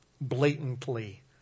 blatantly